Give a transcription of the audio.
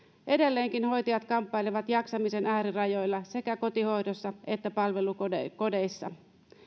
edelleenkin hoitajat kamppailevat jaksamisen äärirajoilla sekä kotihoidossa että palvelukodeissa